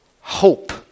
hope